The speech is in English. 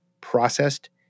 processed